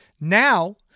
Now